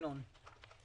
תודה.